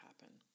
happen